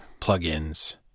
plugins